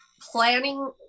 planning